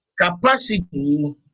capacity